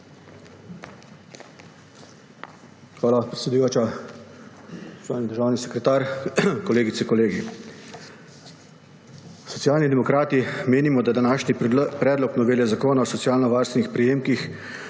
Hvala, predsedujoča. Spoštovani državni sekretar, kolegice, kolegi! Socialni demokrati menimo, da današnji predlog novele Zakona o socialno varstvenih prejemkih,